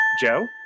Joe